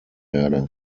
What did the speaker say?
werde